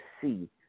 see